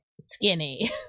skinny